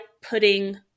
putting